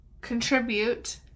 contribute